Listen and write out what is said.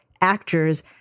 actors